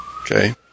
Okay